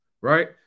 right